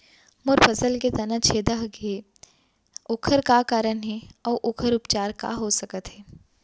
मोर फसल के तना छेदा गेहे ओखर का कारण हे अऊ ओखर उपचार का हो सकत हे?